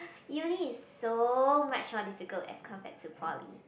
uni is so much more difficult as compared to poly